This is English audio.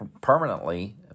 permanently